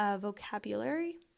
vocabulary